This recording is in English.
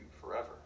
forever